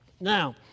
Now